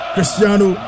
Cristiano